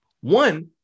one